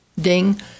ding